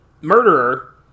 murderer